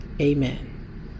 amen